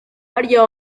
harya